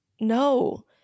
No